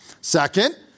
Second